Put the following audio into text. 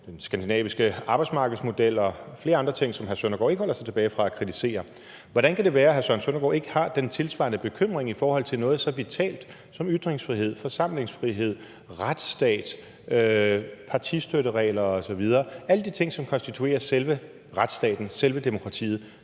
den skandinaviske arbejdsmarkedsmodel og flere andre ting, som hr. Søren Søndergaard ikke holder os tilbage fra at kritisere. Hvordan kan det være, at hr. Søren Søndergaard ikke har den tilsvarende bekymring i forhold til noget så vitalt som ytringsfrihed, forsamlingsfrihed, retsstat, partistøtteregler osv. – alle de ting, som konstituerer selve retsstaten, selve demokratiet?